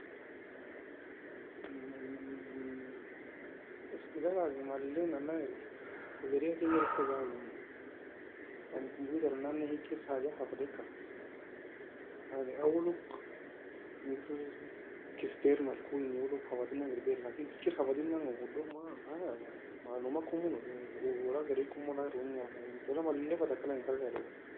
En en en اسئلة باقي malaie ne na eri taka geria fe غير eska jawebiemo يعني computer nan ne hikr حاجة ga hafadika يعني awoe log engir external ko engo log hafadinan erbaire لكن hikr hafadinan odog ملعومة ga komo. ولا geria komo ولا erbaimo en اسئلة malaie fa taka alagika algi ayi dogo.